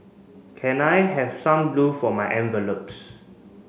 can I have some glue for my envelopes